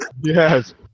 Yes